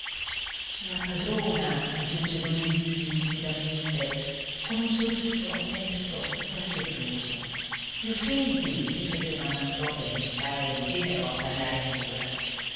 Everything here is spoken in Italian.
la padrona aggiunse don lisi timidamente con un sorriso mesto e affettuoso lo senti riprese mamm'anto per incitare il genero a parlare ancora